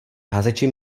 házeči